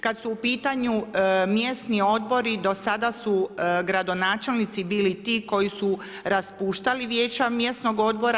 Kad su u pitanju mjesni odbori, do sada su gradonačelnici bili ti koji su raspuštali Vijeća mjesnog odbora.